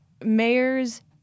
mayors